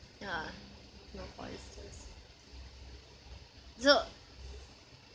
ya no for oysters so